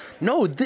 No